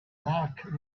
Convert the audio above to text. dark